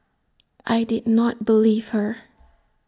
I did not believe her